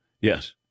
Yes